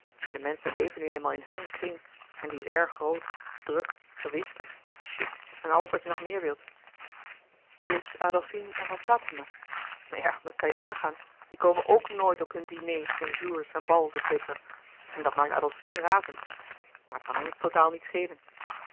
maar de menschen leven nu eenmaal in hun kring en die is erg groot druk gewichtig chic en alles wat je nog meer wilt dus adolfine en van saetzema ja dat kan je nagaan die komen ook nooit op hun diners en jours en bals etcetera en dat maakt adolfine razend maar het kan ons totaal niet schelen